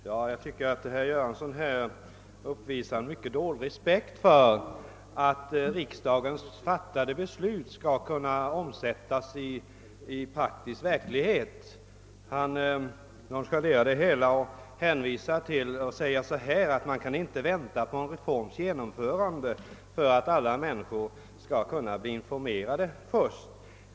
Herr talman! Herr Göransson uppvisar en mycket dålig respekt för att av riksdagen fattade beslut skall kunna omsättas i praktisk verklighet. Han nonchalerar det hela och säger att man inte kan vänta på en reforms genomförande därför att alla människor skall bli informerade först.